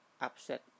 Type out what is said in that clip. upset